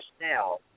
now